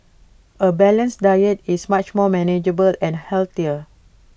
A balanced diet is much more manageable and healthier